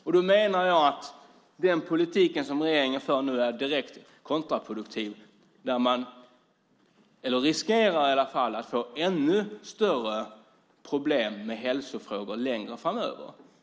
Jag menar att den politik som regeringen nu för är direkt kontraproduktiv. Vi riskerar i alla fall att få ännu större problem med hälsofrågor längre framöver.